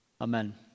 Amen